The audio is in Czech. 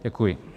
Děkuji.